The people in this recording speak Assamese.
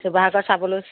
শিৱসাগৰ চাবলৈ